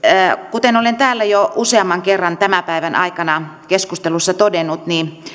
kuten olen täällä jo useamman kerran tämän päivän aikana keskustelussa todennut